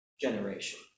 generation